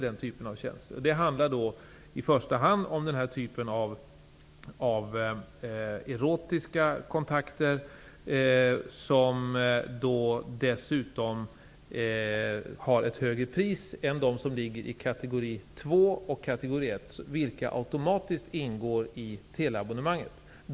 Det handlar om erotiska kontakter, som dessutom har ett högre pris än tjänsterna inom kategori 2 och kategori 1, vilka automatiskt ingår i teleabonnemanget.